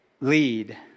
lead